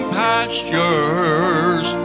pastures